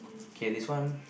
okay this one